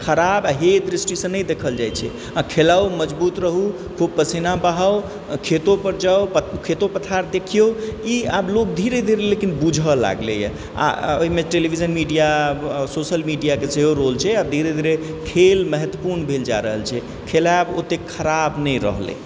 खराब आ हेय दृष्टिसँ नहि देखल जाइ छै अहाँ खेलाउ मजबूत रहु खूब पसीना बहाउ खेतो पर जाउ खेतो पथार देखिऔ ई आब लोक धीरे धीरे लेकिन बुझय लागलै हँ ओहिमे टेलीविजन मीडिया आओर सोशल मीडियाक सेहो रोल छै आब धीरे धीरे खेल महत्वपूर्ण भेल जा रहल छै खेलायब ओतेक खराब नहि रहलय